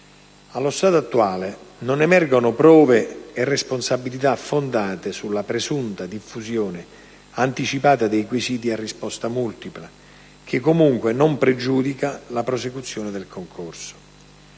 Allo stato attuale non emergono prove e responsabilità fondate sulla presunta diffusione anticipata dei quesiti a risposta multipla che, comunque, non pregiudica la prosecuzione del concorso.